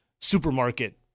Supermarket